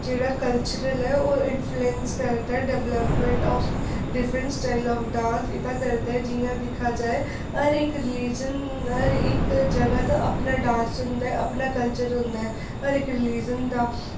जेह्ड़ा कल्चरल ऐ ओह् इंफल्यूऐंस करदा development of different style of dance इदा करदा जियां दिक्खा जाए हर इक रिलीजन हर इक जगह दा अपना डांस होंदा अपना कल्चर होंदा हर इक रिलीजन दा